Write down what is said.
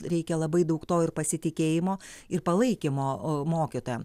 reikia labai daug to ir pasitikėjimo ir palaikymo mokytojam